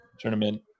tournament